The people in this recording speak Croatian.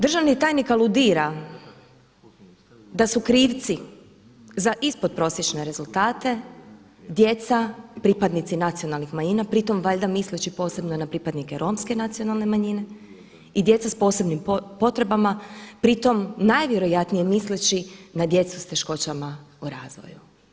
Državni tajnik aludira da su krivci za ispodprosječne rezultate djeca pripadnici nacionalnih manjina, pri tome valjda misleći posebno na pripadnike Romske nacionalne manjine i djeca sa posebnim potrebama pri tome najvjerojatnije misleći na djecu sa teškoćama u razvoju.